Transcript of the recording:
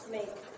make